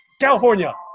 California